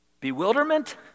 bewilderment